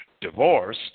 divorce